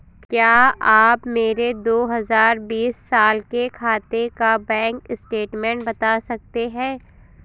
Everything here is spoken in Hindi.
क्या आप मेरे दो हजार बीस साल के खाते का बैंक स्टेटमेंट बता सकते हैं?